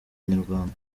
inyarwanda